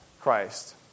Christ